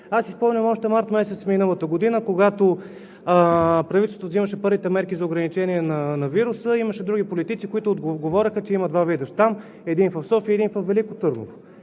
Аз си спомням, че още месец март миналата година, когато правителството вземаше първите мерки за ограничение на вируса, имаше други политици, които говореха, че има два вида щам – един в София, един във Велико Търново.